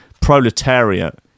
proletariat